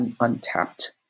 untapped